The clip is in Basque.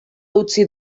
utzi